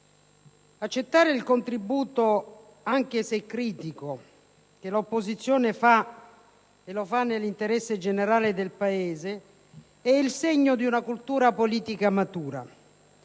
accettare il contributo, anche se critico, che l'opposizione dà - e lo fa nell'interesse generale del Paese - è il segno di una cultura politica matura.